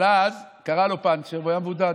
אבל אז קרה לו פנצ'ר והוא היה מבודד,